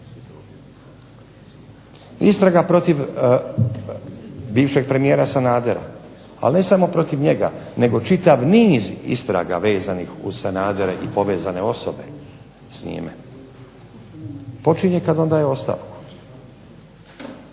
Istraga protiv bivšeg premijera Sanadera, ali ne samo protiv njega nego čitav niz istraga vezanih uz Sanadera i povezane osobe s njime počinje kad on daje ostavku.